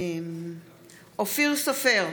אופיר סופר,